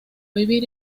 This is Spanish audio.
vivir